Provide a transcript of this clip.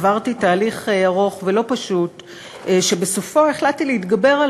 עברתי תהליך ארוך ולא פשוט שבסופו החלטתי להתגבר על